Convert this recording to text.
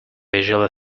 visual